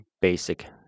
basic